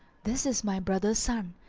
this is my brother's son,